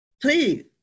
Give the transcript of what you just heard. please